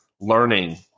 learning